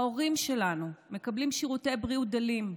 ההורים שלנו מקבלים שירותי בריאות דלים,